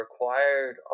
required